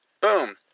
Boom